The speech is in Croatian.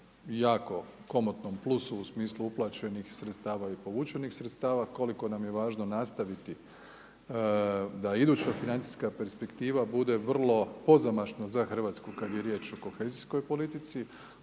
jako komotnom plusu u smislu uplaćenih sredstava i povučenih sredstava, koliko nam je važno nastaviti da iduća financijska perspektiva bude vrlo pozamašna za RH kada je riječ o kohezijskoj politici.